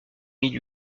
mille